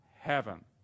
heaven